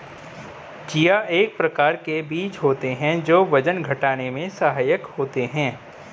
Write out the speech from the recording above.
chia एक प्रकार के बीज होते हैं जो वजन घटाने में सहायक होते हैं